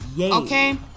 Okay